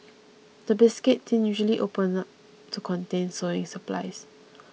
the biscuit tin usually opens up to contain sewing supplies